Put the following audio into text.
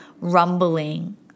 rumbling